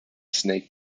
snake